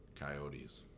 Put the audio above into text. coyotes